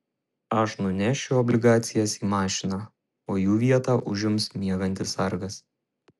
aš nunešiu obligacijas į mašiną o jų vietą užims miegantis sargas